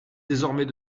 désormais